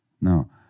Now